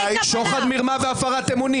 שוחד, מרמה והפרת אמונים.